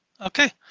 Okay